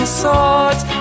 swords